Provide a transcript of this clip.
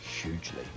hugely